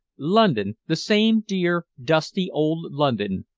london, the same dear, dusty old london,